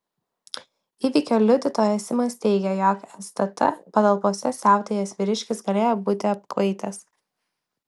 įvykio liudytojas simas teigė jog stt patalpose siautėjęs vyriškis galėjo būti apkvaitęs